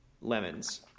lemons